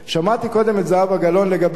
שמעתי קודם את זהבה גלאון לגבי,